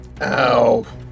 Ow